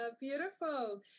beautiful